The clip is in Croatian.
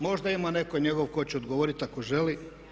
Možda ima netko njegov tko će odgovoriti ako želi.